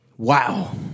Wow